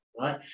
right